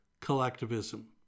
collectivism